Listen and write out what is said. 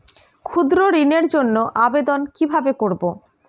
ক্ষুদ্র ঋণের জন্য আবেদন কিভাবে করব?